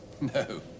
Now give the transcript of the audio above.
No